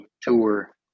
tour